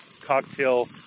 cocktail